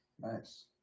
Nice